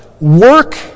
work